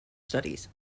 studies